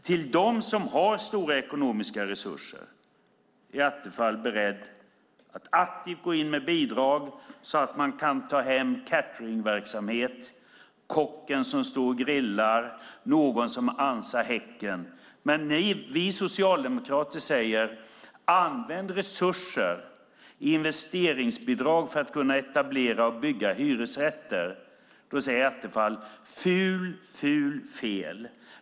Till dem som har stora ekonomiska resurser är Attefall beredd att aktivt gå in med bidrag så att de kan använda cateringverksamhet - kocken som står och grillar eller någon som ansar häcken. Men vi socialdemokrater säger: Använd resurser, investeringsbidrag, för att kunna bygga hyresrätter. Då säger Attefall: Fult, fult, fel.